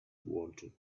wanted